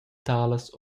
talas